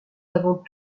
avant